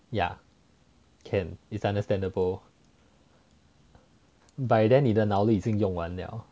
ya can is understandable by then 你的脑子已经用完了